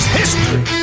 history